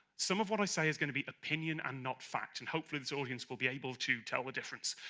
some of what i say is going to be opinion and not fact, and hopefully, this audience will be able to tell the difference.